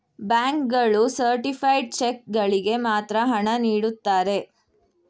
bank ಗಳು certified cheque ಗಳಿಗೆ ಮಾತ್ರ ಹಣ ನೀಡುತ್ತಾರೆ